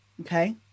okay